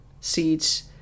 seeds